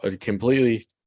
completely